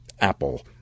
apple